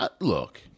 Look